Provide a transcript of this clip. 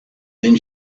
then